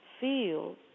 feel